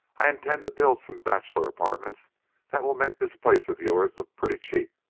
i intend to build some bachelor apartments that will make this place of yours look pretty cheap,